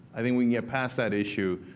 i think we can get past that issue,